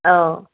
অ